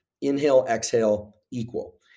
inhale-exhale-equal